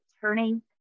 turning